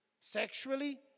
Sexually